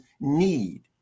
need